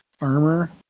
armor